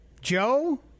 Joe